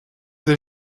des